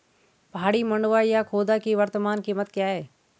पहाड़ी मंडुवा या खोदा की वर्तमान कीमत क्या है?